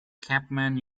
chapman